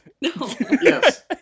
Yes